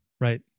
Right